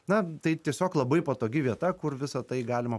na tai tiesiog labai patogi vieta kur visa tai galima